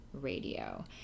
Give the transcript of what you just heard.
Radio